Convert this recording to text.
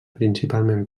principalment